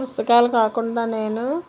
పుస్తకాలు కాకుండా నేను